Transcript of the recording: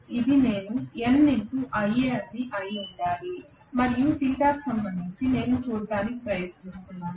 ఇది అనీ అయి ఉండాలి మరియు θ కి సంబంధించి నేను చూడటానికి ప్రయత్నిస్తున్నాను